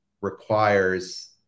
requires